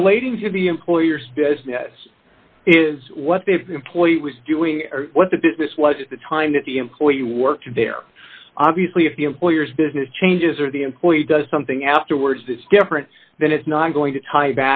relating to the employer's business is what they've employed was doing what the business was at the time that the employee worked there obviously if the employer's business changes or the employee does something afterwards that's different than it's not going to tie